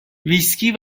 ویسکی